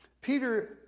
Peter